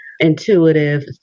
intuitive